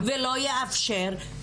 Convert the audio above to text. ולא יאפשר,